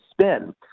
spin